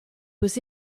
was